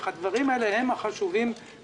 הדברים האלה הם החשובים.